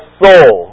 soul